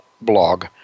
blog